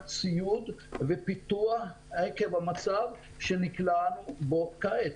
ציוד ופיתוח עקב המצב שנקלענו אליו כעת.